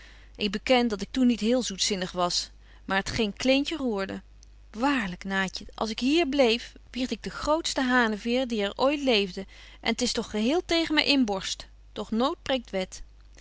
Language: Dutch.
ik beken dat ik toen niet heel zoetzinnig was maar het geen kleentje roerde waarlyk naatje als ik hier bleef wierd ik de grootste haneveer die er ooit leefde en t is toch geheel tegen myn inborst doch nood breekt wet